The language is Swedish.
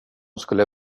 skulle